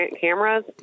Cameras